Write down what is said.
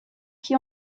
qui